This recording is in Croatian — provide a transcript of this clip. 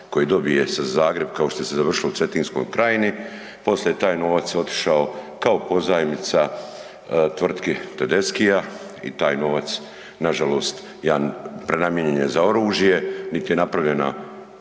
koji dobije sad Zagreb kao što je se završilo u Cetinskoj krajini. Poslije je taj novac otišao kao pozajmica tvrtki Tedeschia i taj novac nažalost, ja, prenamijenjen je za oružje, nit je napravljena